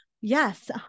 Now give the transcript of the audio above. yes